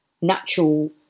natural